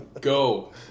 Go